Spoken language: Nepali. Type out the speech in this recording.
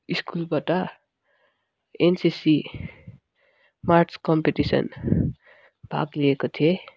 स्कुलबाट एनसिसी मार्च कम्पिटिसनमा भाग लिएको थिएँ